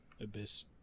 Abyss